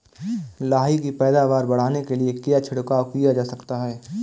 लाही की पैदावार बढ़ाने के लिए क्या छिड़काव किया जा सकता है?